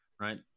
right